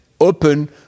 open